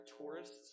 tourists